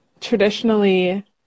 traditionally